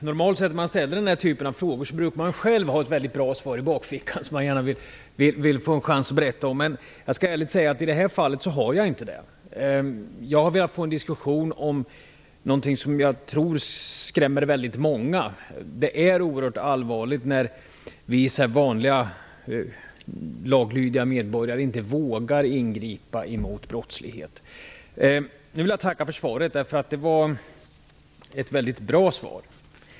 Fru talman! När man ställer den här typen av frågor brukar man normalt sett själv ha ett bra svar i bakfickan, som man vill få en chans att berätta om, men jag skall ärligt säga att jag i det här fallet inte har det. Jag ville få en diskussion om någonting som jag tror skrämmer väldigt många. Det är oerhört allvarligt när vi vanliga, laglydiga medborgare inte vågar ingripa mot brottslighet. Jag vill tacka för svaret, som var väldigt bra.